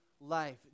life